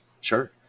Sure